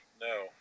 No